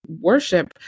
worship